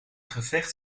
gevecht